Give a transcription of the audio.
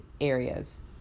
areas